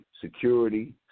security